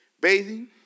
bathing